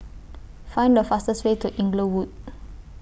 Find The fastest Way to Inglewood